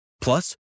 Plus